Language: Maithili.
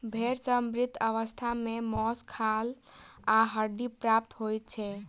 भेंड़ सॅ मृत अवस्था मे मौस, खाल आ हड्डी प्राप्त होइत छै